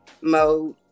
mode